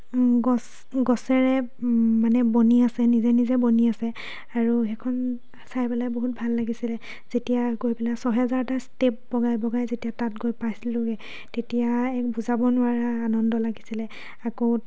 গছ গছেৰে মানে বনি আছে নিজে নিজে বনি আছে আৰু সেইখন চাই পেলাই বহুত ভাল লাগিছিলে যেতিয়া গৈ পিনে ছহেজাৰটা ষ্টেপ বগাই বগাই যেতিয়া তাত গৈ পাইছিলোগে তেতিয়া এক বুজাব নোৱাৰা আনন্দ লাগিছিলে আকৌ